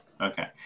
Okay